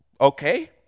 okay